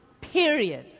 Period